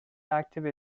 active